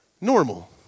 normal